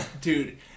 Dude